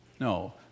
No